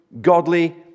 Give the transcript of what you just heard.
godly